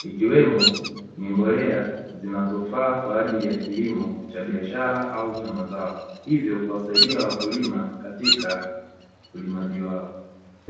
ikiwemo ni mbolea zinazofaa kwa ajili ya kilimo cha biashara au cha mazao, hivyo kuwasaidia wakulima katika ulimaji wao.